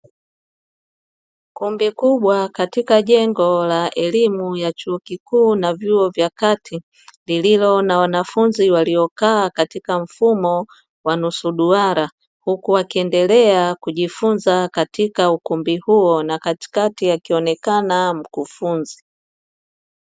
Kumbi kubwa katika jengo la elimu ya chuo kikuu na vyuo vya kati, lililo na wanafunzi waliokaa katika mfumo wa nusu duara, huku wakiendelea kujifunza katika ukumbi huo na katikati akionekana mkufunzi.